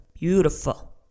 Beautiful